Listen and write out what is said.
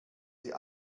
sie